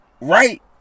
right